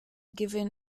given